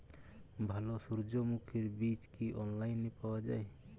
ভালো সূর্যমুখির বীজ কি অনলাইনে পাওয়া যায়?